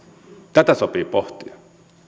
tätä sopii pohtia